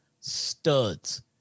studs